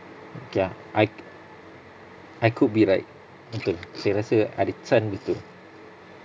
okay ah I I could be right betul saya rasa ada chance betul